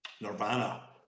Nirvana